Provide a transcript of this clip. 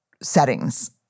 settings